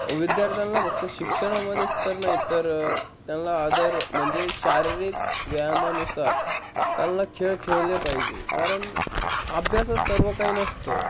विद्यार्थ्यांला फक्त शिक्षणामध्येच तर नाही तर त्याला आदर म्हणजे शारीरिक व्यायामानुसार त्यांना खेळ खेळले पाहिजे कारण अभ्यासात सर्व काही नसतं